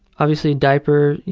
obviously diapers,